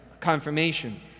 confirmation